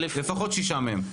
לפחות 6 מהם.